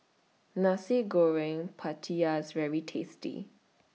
Nasi Goreng Pattaya IS very tasty